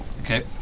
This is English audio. Okay